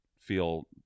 feel